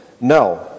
No